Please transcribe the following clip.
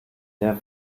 der